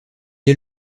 est